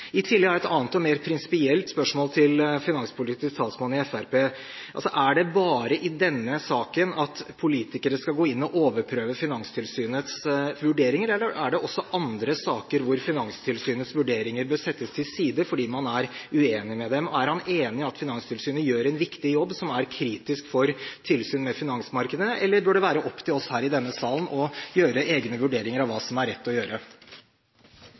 I tillegg har jeg et annet og mer prinsipielt spørsmål til finanspolitisk talsmann i Fremskrittspartiet: Er det bare i denne saken at politikere skal gå inn og overprøve Finanstilsynets vurderinger, eller er det også andre saker hvor Finanstilsynets vurderinger bør settes til side fordi man er uenig med dem? Er han enig i at Finanstilsynet gjør en viktig jobb som er kritisk for tilsyn med finansmarkedet, eller bør det være opp til oss her i denne salen å gjøre egne vurderinger av hva som er rett å gjøre?